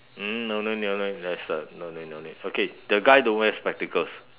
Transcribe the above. mm no need no need there's a no need no need okay the guy don't wear spectacles